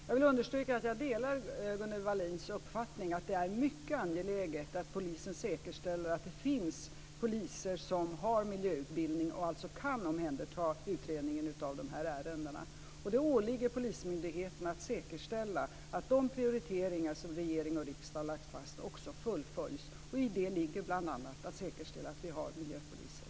Fru talman! Jag vill understryka att jag delar Gunnel Wallins uppfattning att det är mycket angeläget att polisen säkerställer att det finns poliser som har miljöutbildning och alltså kan omhänderta utredningen av de här ärendena. Det åligger polismyndigheten att säkerställa att de prioriteringar som regering och riksdag lagt fast också fullföljs. I detta ligger bl.a. att säkerställa att vi har miljöpoliser.